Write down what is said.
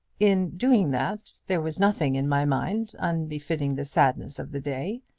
in doing that there was nothing in my mind unbefitting the sadness of the day.